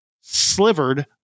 slivered